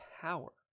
power